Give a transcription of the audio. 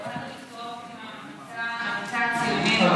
זה אחד המקצועות הכי מורכבים ואחד המקצועות עם ממוצע הציונים הנמוך,